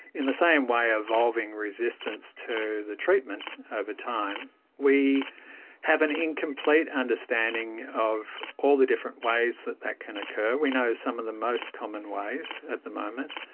in the same way evolving resistance to the treatment over time. we have an incomplete understanding of all the different ways that that can occur. we know some of the most common ways at the moment.